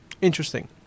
Interesting